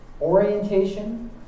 orientation